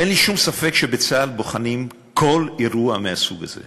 אין לי ספק שבצה"ל בוחנים כל אירוע מהסוג הזה,